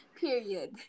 Period